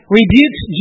rebukes